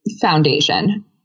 foundation